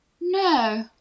No